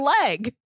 leg